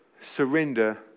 surrender